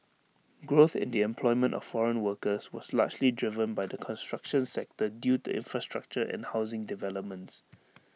growth in the employment of foreign workers was largely driven by the construction sector due to infrastructure and housing developments